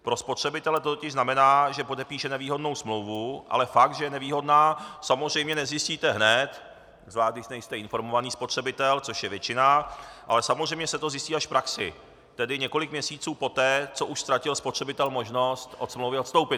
Pro spotřebitele to totiž znamená, že podepíše nevýhodnou smlouvu, ale fakt, že je nevýhodná, samozřejmě nezjistíte hned, zvlášť když nejste informovaný spotřebitel, což je většina, ale samozřejmě se to zjistí až v praxi, tedy několik měsíců poté, co už ztratil spotřebitel možnost od smlouvy odstoupit.